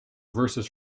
verses